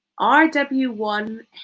RW1